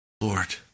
Lord